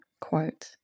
quote